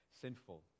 sinful